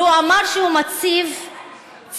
והוא אמר שהוא מציב צלפים,